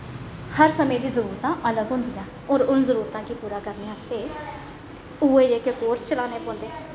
हर समें दी जरूरतां अलग होंदियां होर उन जरूरतां गी पूरी करने आस्तै उऐ जेह्के कोर्स चलाने पौंदे